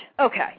Okay